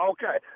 Okay